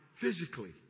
physically